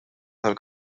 tal